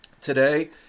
today